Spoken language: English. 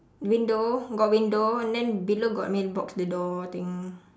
window got window and then below got mailbox the door thing